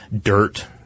Dirt